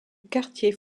quartier